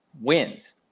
wins